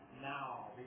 now